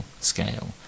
scale